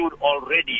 already